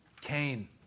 Cain